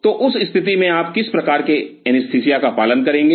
तो उस स्थिति में आपको किस प्रकार के एनेस्थीसिया का पालन करेंगे